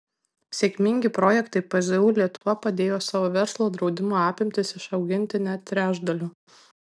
sėkmingi projektai pzu lietuva padėjo savo verslo draudimo apimtis išauginti net trečdaliu